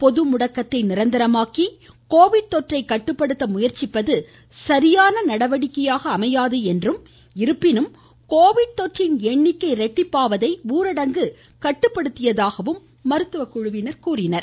பொதுமுடக்கத்தை நிரந்தரமாக்கி கோவிட் தொற்றை கட்டுப்படுத்த முயற்சிப்பது சரியான நடவடிக்கையாக அமையாது என்றும் இருப்பினும் கோவிட் தொற்றின் எண்ணிக்கை இரட்டிப்பாவதை ஊரடங்கு கட்டுப்படுத்தியதாகவும் அவர்கள் குறிப்பிட்டனர்